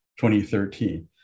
2013